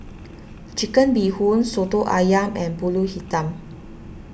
Chicken Bee Hoon Soto Ayam and Pulut Hitam